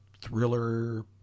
thriller